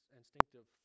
instinctive